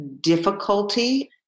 difficulty